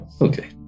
Okay